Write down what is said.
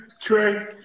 Trey